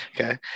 okay